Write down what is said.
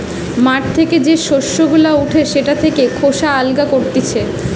মাঠ থেকে যে শস্য গুলা উঠে সেটা থেকে খোসা আলদা করতিছে